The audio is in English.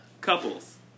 couples